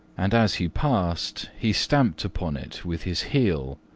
and as he passed he stamped upon it with his heel.